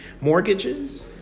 mortgages